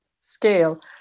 scale